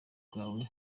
bwawe